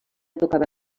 tocava